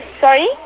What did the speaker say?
Sorry